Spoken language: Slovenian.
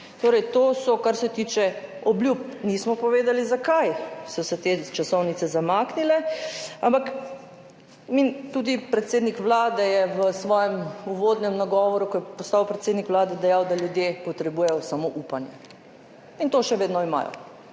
to je, kar se tiče obljub. Nismo povedali, zakaj so se te časovnice zamaknile. Ampak tudi predsednik Vlade je v svojem uvodnem nagovoru, ko je postal predsednik Vlade, dejal, da ljudje potrebujejo samo upanje. In to še vedno imajo,